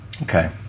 Okay